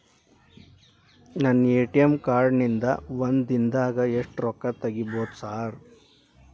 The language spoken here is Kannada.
ನನ್ನ ಎ.ಟಿ.ಎಂ ಕಾರ್ಡ್ ನಿಂದಾ ಒಂದ್ ದಿಂದಾಗ ಎಷ್ಟ ರೊಕ್ಕಾ ತೆಗಿಬೋದು ಸಾರ್?